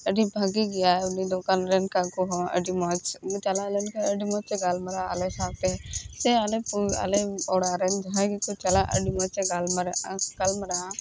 ᱟᱹᱰᱤ ᱵᱷᱟᱜᱮ ᱜᱮᱭᱟ ᱩᱱᱤ ᱫᱚᱠᱟᱱ ᱨᱮᱱ ᱠᱟᱠᱩ ᱦᱚᱸ ᱟᱹᱰᱤ ᱢᱚᱡᱽ ᱤᱧ ᱪᱟᱞᱟᱣ ᱞᱮᱱᱠᱷᱟᱱ ᱟᱹᱰᱤ ᱢᱚᱡᱽ ᱮ ᱜᱟᱞᱢᱟᱨᱟᱣᱟ ᱟᱞᱮ ᱥᱟᱶᱛᱮ ᱥᱮ ᱟᱞᱮ ᱟᱞᱮ ᱚᱲᱟᱜ ᱨᱮᱱ ᱡᱟᱦᱟᱭ ᱜᱮᱠᱚ ᱪᱟᱞᱟᱜ ᱟᱹᱰᱤ ᱢᱚᱡᱽ ᱮ ᱜᱟᱞᱢᱟᱨᱟᱜᱼᱟ ᱜᱟᱞᱢᱟᱨᱟᱣᱟ